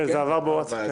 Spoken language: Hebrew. זה עבר בוואטסאפ.